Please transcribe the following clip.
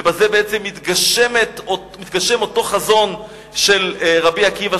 ובזה בעצם מתגשם אותו חזון של רבי עקיבא